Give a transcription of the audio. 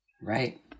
Right